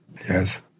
Yes